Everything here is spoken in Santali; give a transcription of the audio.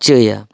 ᱪᱟᱹᱭᱟ